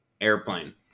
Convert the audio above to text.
Airplane